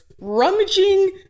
rummaging